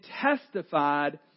testified